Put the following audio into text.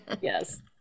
Yes